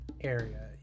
area